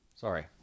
Sorry